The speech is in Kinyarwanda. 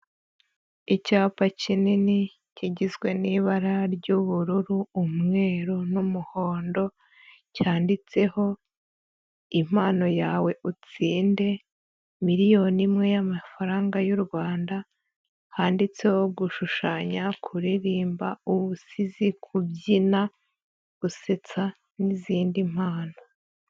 Icyapa kinini kigizwe n'ibara ry'ubururu, umweru n'umuhondo, cyanditseho impano yawe utsinde, miliyoni imwe y'amafaranga y'u Rwanda, handitseho gushushanya, kuririmba, ubusizi, kubyina, gusetsa n'izindi mpano.